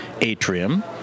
atrium